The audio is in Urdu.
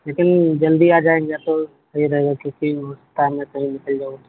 لیکن جلدی آ جائیں گے آپ تو صحیح رہے گا کیونکہ ہو سکتا ہے میں کہیں نکل جاؤں